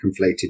conflated